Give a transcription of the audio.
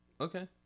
Okay